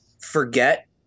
forget